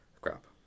Crap